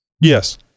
Yes